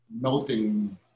melting